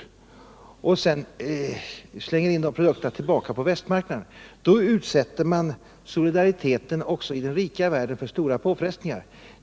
När man sedan slänger in dessa företags produkter på världsmarknaden utsätter man solidariteten också i den rika världen för stora påfrestningar.